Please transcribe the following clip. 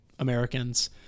Americans